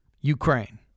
ukraine